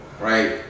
Right